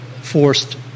forced